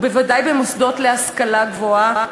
ובוודאי במוסדות להשכלה גבוהה.